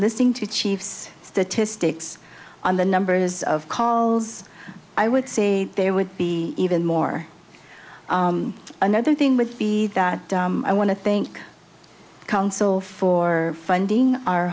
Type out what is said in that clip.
listening to chiefs statistics on the numbers of calls i would say there would be even more another thing would be that i want to think counsel for funding